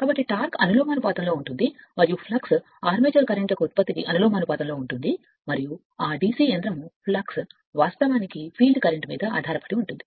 కాబట్టి టార్క్ అనులోమానుపాతంలో ఉంటుంది మరియు ఫ్లక్స్ ఆర్మేచర్ కరెంట్ యొక్క ఉత్పత్తికి అనులోమానుపాతంలో ఉంటుంది మరియు ఆ DCయంత్రం ఫ్లక్స్ వాస్తవానికి ఫీల్డ్ కరెంట్ మీద ఆధారపడి ఉంటుంది